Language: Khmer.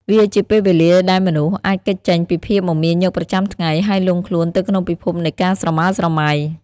វាជាពេលវេលាដែលមនុស្សអាចគេចចេញពីភាពមមាញឹកប្រចាំថ្ងៃ ហើយលង់ខ្លួនទៅក្នុងពិភពនៃការស្រមើលស្រមៃ។